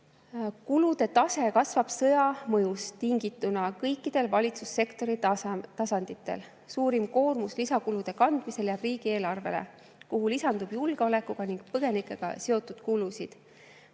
Kulude tase kasvab sõja mõjust tingituna kõikidel valitsussektori tasanditel. Suurim koormus lisakulude kandmisel jääb riigieelarvele, kuhu lisandub julgeolekuga ning põgenikega seotud kulusid.